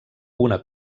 una